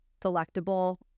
delectable